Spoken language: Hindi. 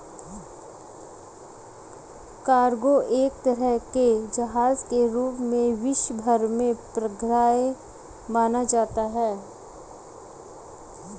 कार्गो एक तरह के जहाज के रूप में विश्व भर में प्रख्यात माना जाता है